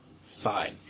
Fine